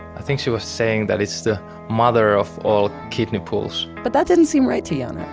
i think she was saying that it's the mother of all kidney pools. but that didn't seem right to yeah and